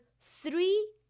three